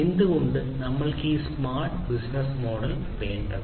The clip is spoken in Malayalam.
എന്തുകൊണ്ടാണ് നമ്മൾക്ക് ഈ സ്മാർട്ട് ബിസിനസ്സ് മോഡൽ വേണ്ടത്